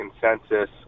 consensus